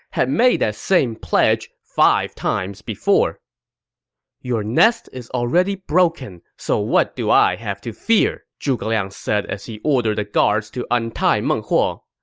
had made that same oath five times before your nest is already broken, so what do i have to fear? zhuge liang said as he ordered the guards to untie meng huo.